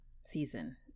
season